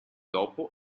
dopo